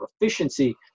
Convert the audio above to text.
efficiency